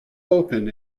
open